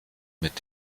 mit